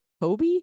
Kobe